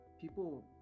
people